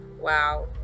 Wow